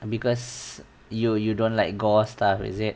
because you you don't like gore stuff is it